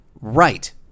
right